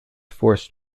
forced